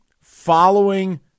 following